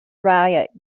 riot